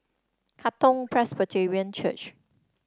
Katong Presbyterian Church